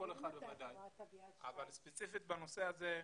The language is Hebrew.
לכל אחד אבל ספציפית בנושא הזה,